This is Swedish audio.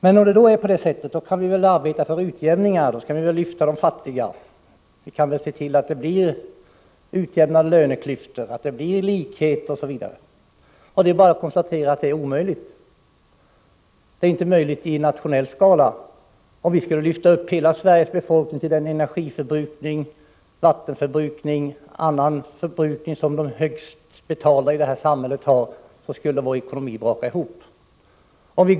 Men om det nu rör sig om klassfrågor, kan vi väl arbeta för en utjämning. De fattiga kan väl så att säga lyftas upp. På det sättet kan löneklyftorna minskas och vi människor kan bli mera ”lika” osv. Men det är bara att konstatera att någonting sådant är omöjligt, både i ett nationellt och i ett globalt perspektiv. Om hela Sveriges befolkning skulle höja sin energiförbrukning, vattenförbrukning och annan förbrukning till den nivå som gäller för de bäst betalda i vårt samhälle, skulle Sveriges ekonomi braka ihop.